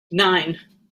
nine